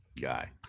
guy